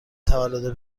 تولد